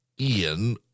Ian